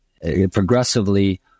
progressively